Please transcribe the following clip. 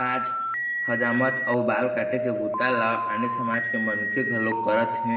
आज हजामत अउ बाल काटे के बूता ल आने समाज के मनखे घलोक करत हे